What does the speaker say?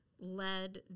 led